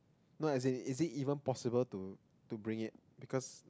no as in is it even possible to to bring it because